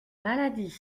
maladie